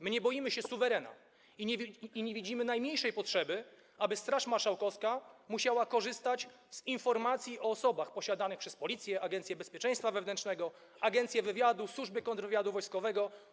My nie boimy się suwerena i nie widzimy najmniejszej potrzeby, aby Straż Marszałkowska musiała korzystać z posiadanych przez Policję, Agencję Bezpieczeństwa Wewnętrznego, Agencję Wywiadu, Służbę Kontrwywiadu Wojskowego,